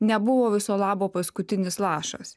nebuvo viso labo paskutinis lašas